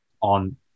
on